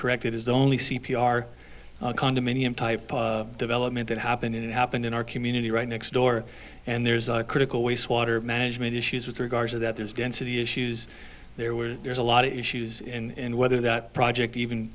correct it is only c p r condominium type of development that happened it happened in our community right next door and there's a critical waste water management issues with regard to that there's density issues there where there's a lot of issues in whether that project even